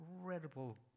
incredible